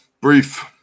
brief